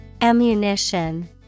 Ammunition